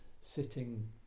sitting